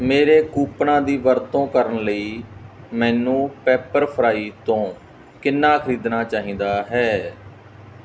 ਮੇਰੇ ਕੂਪਨਾਂ ਦੀ ਵਰਤੋਂ ਕਰਨ ਲਈ ਮੈਨੂੰ ਪੈਪਰਫ੍ਰਾਈ ਤੋਂ ਕਿੰਨਾ ਖ਼ਰੀਦਣਾ ਚਾਹੀਦਾ ਹੈ